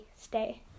stay